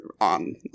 on